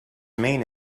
main